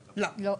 לא.